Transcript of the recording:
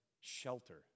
Shelter